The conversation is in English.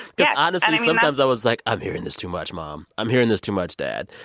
yeah honestly, sometimes i was like, i'm hearing this too much, mom. i'm hearing this too much, dad.